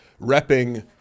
repping